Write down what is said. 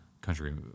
Country